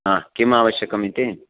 किम् आवश्यकम् इति